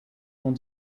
dans